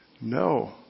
No